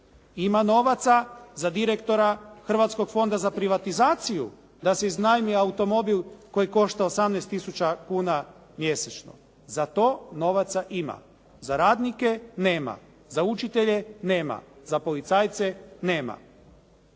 Ima novaca za direktora Hrvatskog fonda za privatizaciju da si iznajmi automobil koji košta 18 tisuća kuna mjesečno. Za to novaca ima, za radnike nema, za učitelje nema, za policajce nema.